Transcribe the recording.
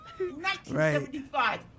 1975